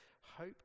hope